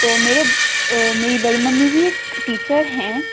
تو میرے میری بڑی ممی بھی ایک ٹیچر ہیں